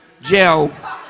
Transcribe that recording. jail